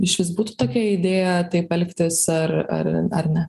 išvis būtų tokia idėja taip elgtis ar ar ar ne